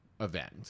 event